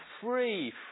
free